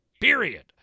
Period